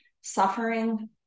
suffering